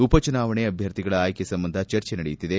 ಉಪಚುನಾವಣೆ ಅಭ್ಯರ್ಥಿಗಳ ಆಯ್ಕೆ ಸಂಬಂಧ ಚರ್ಚೆ ನಡೆಯುತ್ತಿದೆ